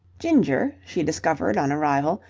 ginger, she discovered on arrival,